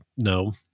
No